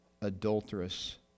adulterous